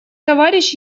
товарищ